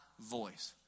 voice